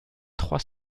trois